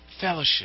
Fellowship